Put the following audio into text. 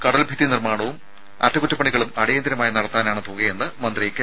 കടൽഭിത്തി നിർമ്മാണവും അറ്റകുറ്റപ്പണികളും അടിയന്തരമായി നടത്താനാണ് തുകയെന്ന് മന്ത്രി കെ